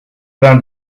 vingt